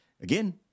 again